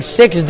six